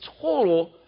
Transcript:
total